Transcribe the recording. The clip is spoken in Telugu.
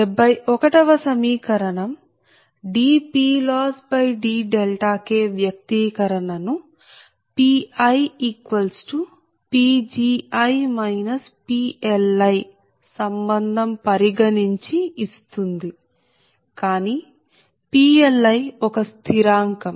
71 వ సమీకరణం dPLossdK వ్యక్తీకరణ ను PiPgi PLi సంబంధం పరిగణించి ఇస్తుంది కానీ PLi ఒక స్థిరాంకం